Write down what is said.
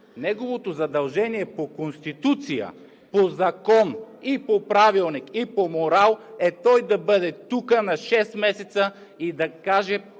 Неговото задължение по Конституция, по закон и по Правилник, и по морал е той да бъде тук на шест месеца и да каже